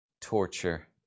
torture